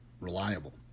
reliable